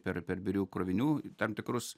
per per birių krovinių tam tikrus